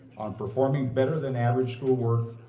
on performing better-than-average schoolwork,